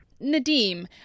Nadim